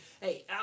hey